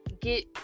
get